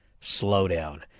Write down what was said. slowdown